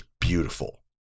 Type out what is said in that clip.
beautiful